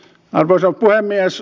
arvoisa puhemies